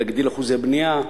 להגדיל אחוזי בנייה,